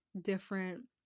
different